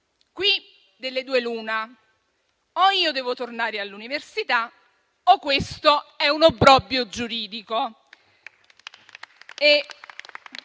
Qui delle due l'una: o io devo tornare all'università o questo è un obbrobrio giuridico.